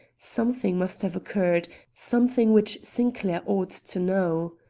something must have occurred something which sinclair ought to know.